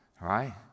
right